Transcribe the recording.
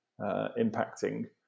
impacting